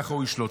וככה הוא ישלוט.